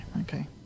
okay